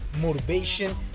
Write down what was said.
motivation